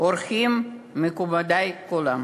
אורחים, מכובדי כולם,